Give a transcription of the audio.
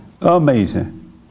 Amazing